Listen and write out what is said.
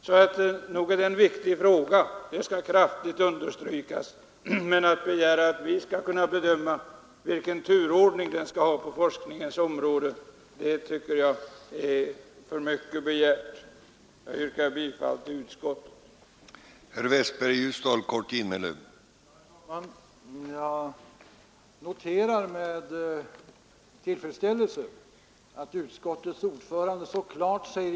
Nog är detta en viktig fråga, det skall kraftigt understrykas, men att vi skall kunna bedöma vilken turordning den skall ha på forskningens område tycker jag är för mycket begärt. Jag yrkar bifall till utskottets hemställan.